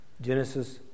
Genesis